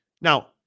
Now